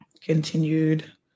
continued